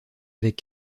avec